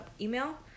email